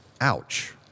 Ouch